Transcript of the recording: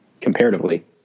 Comparatively